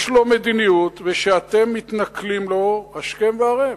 יש לו מדיניות, ואתם מתנכלים לו השכם והערב,